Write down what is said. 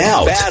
Out